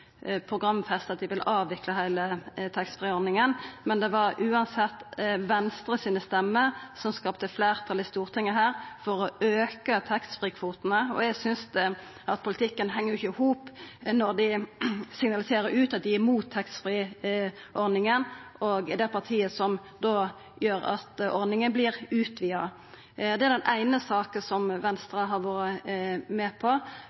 at dei vil avvikla heile taxfree-ordninga, men likevel var det Venstre sine røyster som skapte fleirtal her i Stortinget for å auka taxfree-kvotene. Eg synest ikkje at politikken heng i hop når dei signaliserer ut at dei er mot taxfree-ordninga, men er det partiet som gjer at ordninga vert utvida. Det er den eine saka Venstre har vore med på.